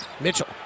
Mitchell